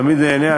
אני תמיד נהנה,